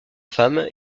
femme